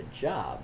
job